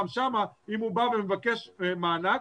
גם שם אם הוא בא ומבקש מענק,